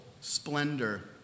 splendor